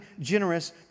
generous